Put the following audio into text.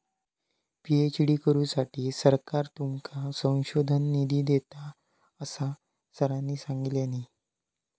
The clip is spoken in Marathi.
पी.एच.डी करुसाठी सरकार तुमका संशोधन निधी देता, असा सरांनी सांगल्यानी